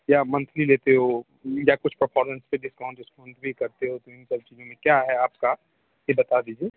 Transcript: या मंथली लेते हो या कुछ परफॉर्मेंस पर डिस्काउंट विस्काउंट भी करते हो क्या है आपका ये बता दीजिए